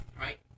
Right